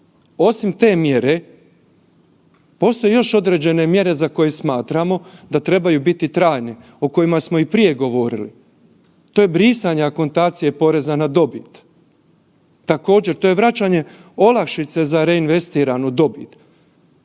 osim te mjere postoje još određene mjere za koje smatramo da trebaju biti trajne o kojima smo i prije govorili, to je brisanje akontacije poreza na dobit. Također to je vraćanje olakšice za reinvestiranu dobit,